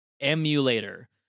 emulator